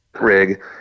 rig